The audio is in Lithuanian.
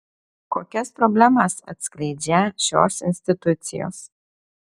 kokias problemas atskleidžią šios institucijos